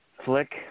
flick